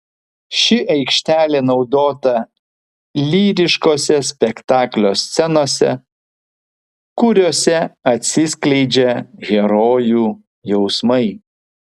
ši aikštelė naudota lyriškose spektaklio scenose kuriose atsiskleidžia herojų jausmai